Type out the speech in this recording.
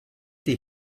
die